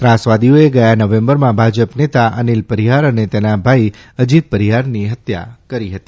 ત્રાસવાદીઓએ ગથા નવેંબરમાં ભાજપ નેતા અનિલ પરિહાર અને તેના ભાઇ અજિત પરિહારની હત્યા કરી હતી